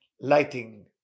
lighting